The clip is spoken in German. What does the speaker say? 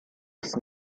ist